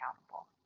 accountable